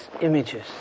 images